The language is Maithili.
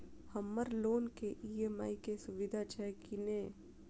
हम्मर लोन केँ ई.एम.आई केँ सुविधा छैय की नै?